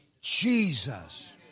Jesus